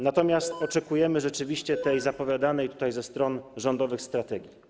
Natomiast oczekujemy rzeczywiście tej zapowiadanej tutaj ze stron rządowych strategii.